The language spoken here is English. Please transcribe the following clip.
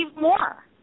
more